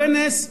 קורה נס,